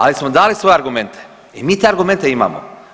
Ali smo dali svoje argumente i mi te argumente imamo.